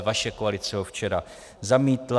Vaše koalice ho včera zamítla.